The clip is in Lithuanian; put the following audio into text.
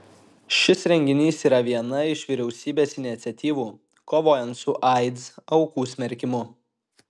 šis renginys yra viena iš vyriausybės iniciatyvų kovojant su aids aukų smerkimu